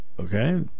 okay